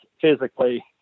physically